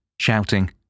shouting